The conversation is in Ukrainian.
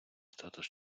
статус